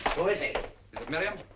who is it? is it merriam?